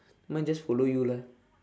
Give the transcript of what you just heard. nevermind just follow you lah